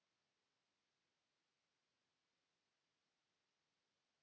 Kiitos.